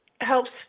helps